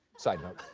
side note.